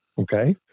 Okay